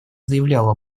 заявляла